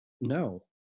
No